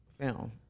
film